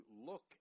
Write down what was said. look